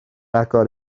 agor